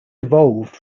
evolved